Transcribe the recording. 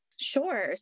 Sure